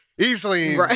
easily